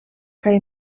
kaj